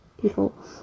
people